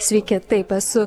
sveiki taip esu